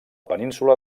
península